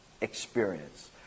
experience